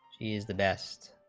use the best